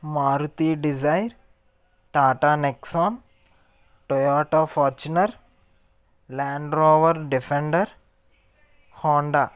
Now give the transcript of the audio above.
Maruti Dzire Tata Nexon Toyota Fortuner Land Rover defender Honda